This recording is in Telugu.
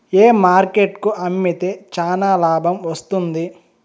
ఏ మార్కెట్ కు అమ్మితే చానా లాభం వస్తుంది?